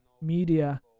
media